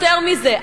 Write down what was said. יותר מזה,